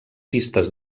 pistes